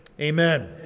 amen